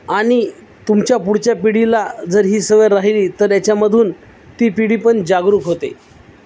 आणि तुमच्या पुढच्या पिढीला जर ही सवय राहिली तर याच्यामधून ती पिढी पण जागरूक होते